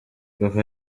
papa